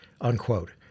unquote